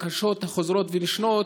הבקשות החוזרות ונשנות,